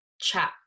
chat